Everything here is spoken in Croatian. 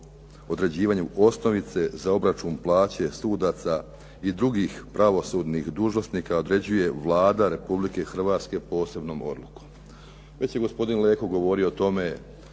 određivanju osnovice za obračun plaće sudaca i drugih pravosudnih dužnosnika određuje Vlada Republike Hrvatske posebnom odlukom. Već je gospodin Leko govorio o tome